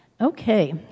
Okay